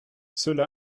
cela